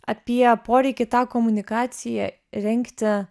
apie poreikį tą komunikaciją rengti